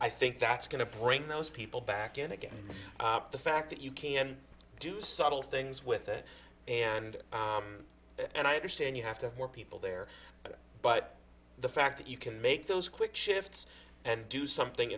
i think that's going to bring those people back in again the fact that you can do subtle things with it and and i understand you have to have more people there but the fact that you can make those quick shifts and do something